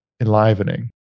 enlivening